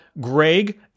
Greg